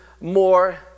more